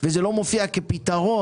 וזה לא מופיע כפתרון,